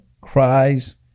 cries